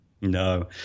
no